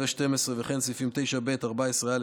83 86,